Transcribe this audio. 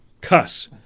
cuss